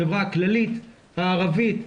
החברה הכללית, הערבית,